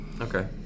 Okay